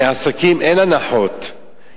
בעסקים אין הנחות,